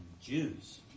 Jews